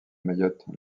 mayotte